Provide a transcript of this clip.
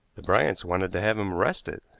the bryants wanted to have him arrested.